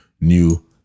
new